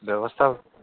ବ୍ୟବସ୍ଥା